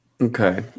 Okay